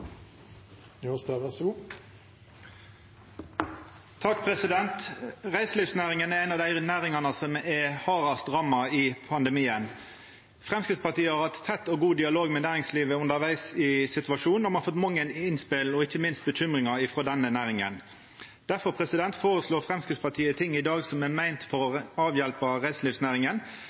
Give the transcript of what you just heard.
Reiselivsnæringa er ei av dei næringane som er hardast ramma i pandemien. Framstegspartiet har hatt tett og god dialog med næringslivet undervegs i situasjonen, og me har fått mange innspel og ikkje minst bekymringar frå denne næringa. Difor føreslår Framstegspartiet ting i dag som er meint å avhjelpa reiselivsnæringa.